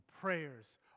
prayers